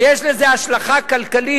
כי יש לזה השלכה כלכלית,